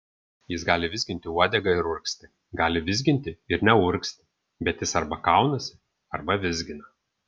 jis gali vizginti uodegą ir urgzti gali vizginti ir neurgzti bet jis arba kaunasi arba vizgina